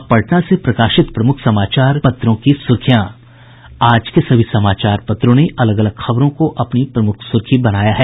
अब पटना से प्रकाशित प्रमुख समाचार पत्रों की सुर्खियां आज के सभी समाचार पत्रों ने अलग अलग खबरों को अपनी प्रमुख सुर्खी बनाया है